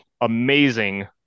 amazing